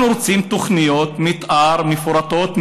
אנחנו רוצים תוכניות מתאר מפורטות,